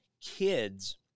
kids